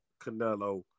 Canelo